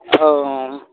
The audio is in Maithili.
हॅं